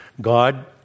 God